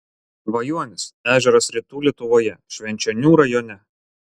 vajuonis ežeras rytų lietuvoje švenčionių rajone